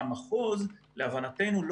להבנתנו,